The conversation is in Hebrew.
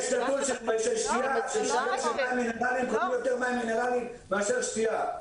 יש נתון --- יותר מים מינרלים מאשר שתייה.